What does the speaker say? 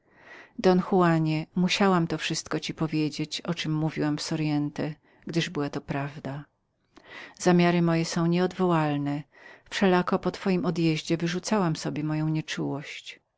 don juanie należało raz to wszystko ci wypowiedzieć o czem mówiłam w soriente gdyż to była prawda zamiary moje są niecofnione wszelako po twoim odjeździe wyrzucałam sobie moją